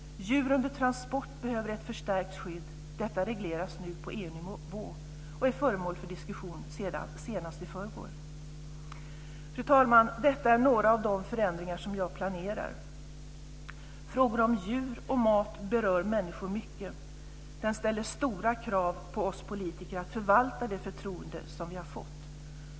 Djur under transport behöver ett förstärkt skydd. Detta regleras nu på EU-nivå och är föremål för diskussion. Det diskuterades senast i förrgår. Fru talman! Detta är några av de förändringar som jag planerar. Frågor om djur och mat berör människor mycket. Det ställer stora krav på oss politiker att förvalta det förtroende som vi har fått.